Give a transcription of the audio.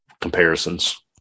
comparisons